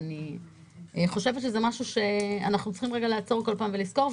אני חושבת שזה דבר שאנחנו צריכים לעצור בכל פעם ולזכור.